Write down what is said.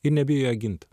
ir nebijo gint